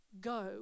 go